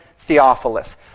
Theophilus